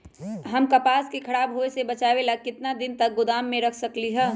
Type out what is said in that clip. हम कपास के खराब होए से बचाबे ला कितना दिन तक गोदाम में रख सकली ह?